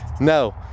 no